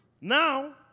Now